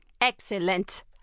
Excellent